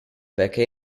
perché